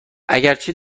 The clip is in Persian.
اگرچه